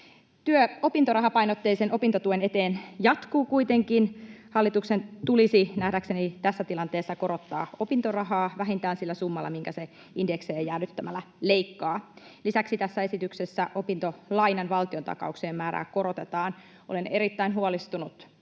Työ opintorahapainotteisen opintotuen eteen jatkuu kuitenkin. Hallituksen tulisi nähdäkseni tässä tilanteessa korottaa opintorahaa vähintään sillä summalla, minkä se indeksejä jäädyttämällä leikkaa. Lisäksi tässä esityksessä opintolainan valtiontakauksien määrää korotetaan. Olen erittäin huolestunut